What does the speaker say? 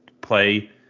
play